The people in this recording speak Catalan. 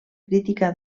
crítica